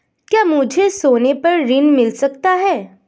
क्या मुझे सोने पर ऋण मिल सकता है?